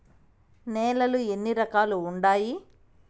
నేలలు ఎన్ని రకాలు వుండాయి?